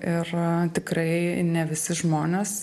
ir tikrai ne visi žmonės